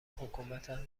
حکومتم